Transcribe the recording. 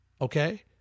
okay